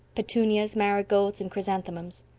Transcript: petunias, marigolds and chrysanthemums.